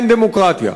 אין דמוקרטיה.